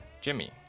Jimmy